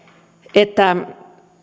että